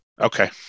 Okay